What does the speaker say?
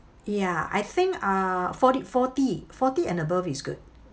ya I think uh forty forty forty and above is good